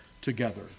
together